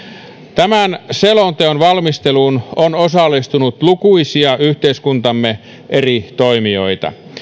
tämän selonteon valmisteluun on osallistunut lukuisia yhteiskuntamme eri toimijoita